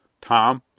tom,